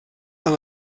amb